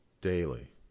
daily